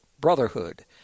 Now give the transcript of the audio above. Brotherhood